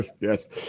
yes